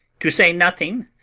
to say nothing,